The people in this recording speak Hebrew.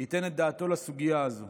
ייתן את דעתו לסוגיה הזאת.